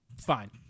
fine